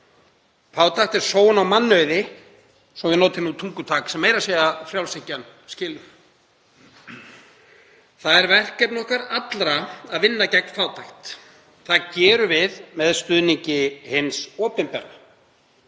Fátækt er sóun á mannauði, svo að ég noti tungutak sem meira að segja frjálshyggjan skilur. Það er verkefni okkar allra að vinna gegn fátækt. Það gerum við með stuðningi hins opinbera.